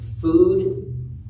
food